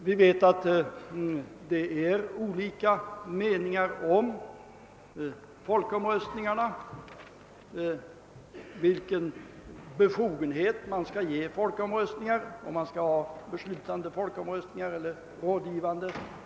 Vi vet att det råder olika meningar om huruvida folkomröstningarna skall vara beslutande eller rådgivande.